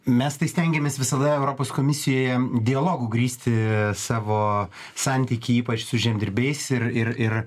mes tai stengiamės visada europos komisijoje dialogu grįsti savo santykį ypač su žemdirbiais ir ir ir